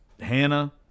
Hannah